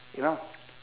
you know